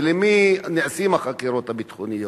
ולמי נעשות החקירות הביטחוניות?